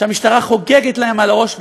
כשהמשטרה חוגגת להם על הראש,